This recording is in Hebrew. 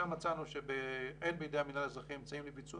שם מצאנו שאין בידי המינהל האזרחי אמצעים לביצוע